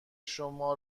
شما